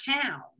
town